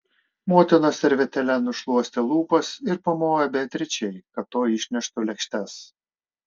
motina servetėle nusišluostė lūpas ir pamojo beatričei kad toji išneštų lėkštes